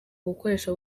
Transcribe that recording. gukoresha